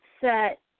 set